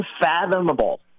unfathomable